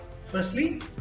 Firstly